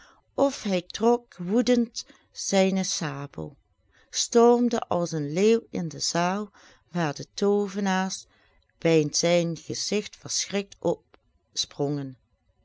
of hij trok woedende zijne sabel stormde als een leeuw in de zaal waar de toovenaars bij zijn gezigt verschrikt opsprongen